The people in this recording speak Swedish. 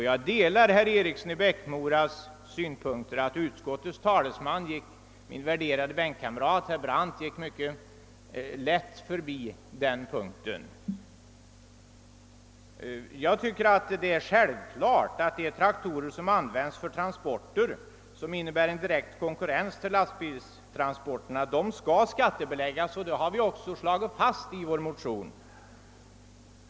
Jag delar herr Erikssons i Bäckmora synpunkter att utskottets talesman, min värderade bänkkamrat herr Brandt, gick mycket lätt förbi den punkten. Det är självklart att de traktorer, som används för sådana transporter som innebär en direkt konkurrens till lastbilstransporterna, skall skattebeläggas och det har vi slagit fast i vår motion.